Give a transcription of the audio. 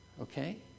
Okay